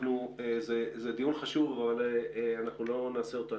זה דיון חשוב אבל אנחנו לא נקיים אותו.